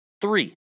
Three